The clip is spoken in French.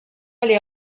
les